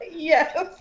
yes